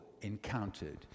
encountered